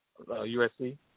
USC